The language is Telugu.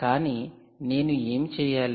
కానీ నేను ఏమి చేయాలి